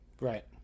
Right